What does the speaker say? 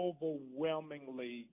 Overwhelmingly